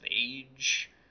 age